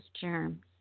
germs